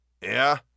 Yeah